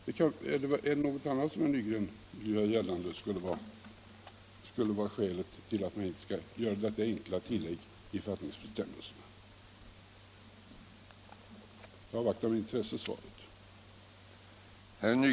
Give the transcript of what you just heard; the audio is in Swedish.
Eller är det något annat som herr Nygren vill anföra som skäl för att han inte vill göra detta enkla tillägg till författningsbestämmelserna? Jag avvaktar med intresse svaret på den frågan.